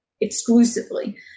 exclusively